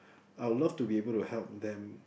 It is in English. I'll love to be able to help them